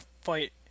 fight